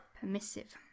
Permissive